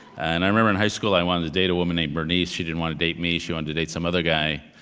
and i remember in high school, i wanted to date a woman named bernice. she didn't want to date me. she wanted to date some other guy,